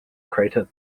crater